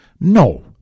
No